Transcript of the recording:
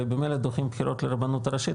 הרי ממילא דוחים בחירות לרבנות הראשית,